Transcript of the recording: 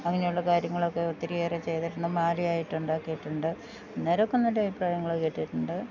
അങ്ങനെയുള്ള കാര്യങ്ങളൊക്കെ ഒത്തിരിയേറെ ചെയ്തിട്ടും മാലയായിട്ടുണ്ടാക്കിയിട്ടുണ്ട് അന്നേരമൊക്കെ നല്ല അഭിപ്രായങ്ങൾ കേട്ടിട്ടുണ്ട്